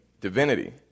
divinity